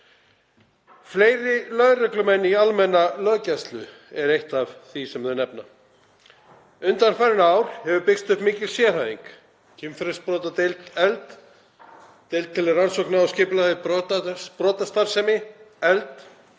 Fleiri lögreglumenn í almenna löggæslu er eitt af því sem þau nefna. Undanfarin ár hefur byggst upp mikil sérhæfing. Kynferðisbrotadeild efld, deild til rannsókna á skipulagðri brotastarfsemi efld.